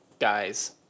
guys